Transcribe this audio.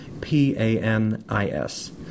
P-A-N-I-S